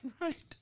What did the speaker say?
Right